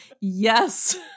yes